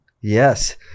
Yes